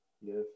yes